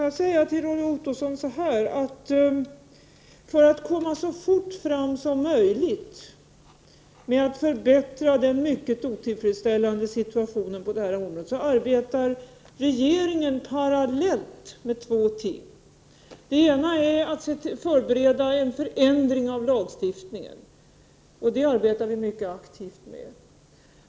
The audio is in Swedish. Herr talman! Till Roy Ottosson vill jag säga följande. För att så fort som möjligt komma fram till en förbättring av den nu mycket otillfredsställande situationen på detta område arbetar regeringen samtidigt med två ting. Vi förbereder nämligen en förändring av lagstiftningen, och den saken arbetar vi mycket aktivt med.